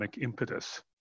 impetus